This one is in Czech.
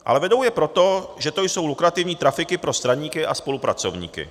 Ale vedou je proto, že to jsou lukrativní trafiky pro straníky a spolupracovníky.